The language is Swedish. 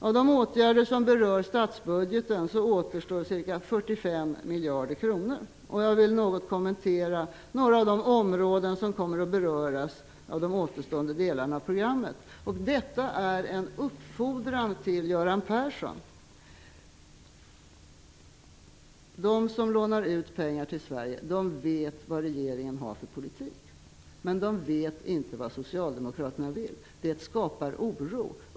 Av de åtgärder som berör statsbudgeten återstår ca 45 miljarder kronor. Jag vill något kommentera några av de områden som kommer att beröras av de återstående delarna av programmet. Detta är en uppfordran till Göran Persson. De som lånar ut pengar till Sverige vet vilken politik regeringen för, men de vet inte vad Socialdemokraterna vill. Det skapar oro.